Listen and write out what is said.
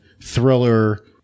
thriller